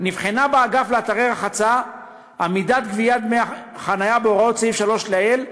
נבחנה באגף לאתרי רחצה עמידת גביית דמי החניה בהוראות סעיף 3 לעיל,